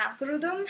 algorithm